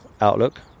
outlook